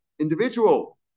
individual